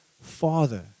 father